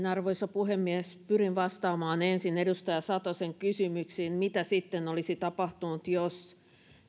arvoisa puhemies pyrin vastaamaan ensin edustaja satosen kysymykseen että mitä olisi tapahtunut jos